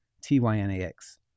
T-Y-N-A-X